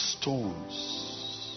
stones